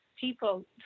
people